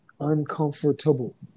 uncomfortable